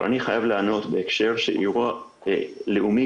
אבל אני חייב לענות בהקשר של אירוע בין לאומי